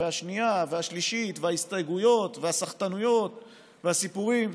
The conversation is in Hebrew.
השנייה והשלישית וההסתייגויות והסחטנויות והסיפורים.